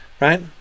Right